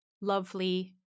lovely